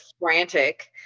frantic